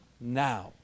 now